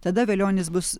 tada velionis bus